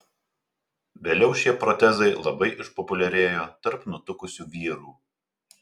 vėliau šie protezai labai išpopuliarėjo tarp nutukusių vyrų